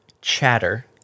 chatter